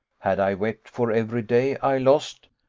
had i wept for every day i lost,